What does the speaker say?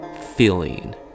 feeling